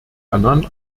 annan